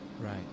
Right